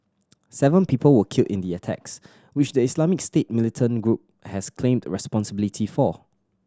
seven people were killed in the attacks which the Islamic State militant group has claimed responsibility for